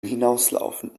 hinauslaufen